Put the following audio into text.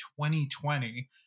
2020